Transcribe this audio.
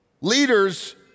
Leaders